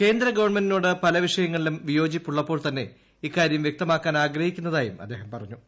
കേന്ദ്രഗവൺമെന്റിനോട് പലിപ്പീഷയങ്ങളിലും വിയോജിപ്പ് ഉള്ളപ്പോൾ തന്നെ ഇക്കാര്യം വ്യക്തമാക്കാൻ ആഗ്രഹിക്കുന്നതായും അദ്ദേഹം പറഞ്ഞു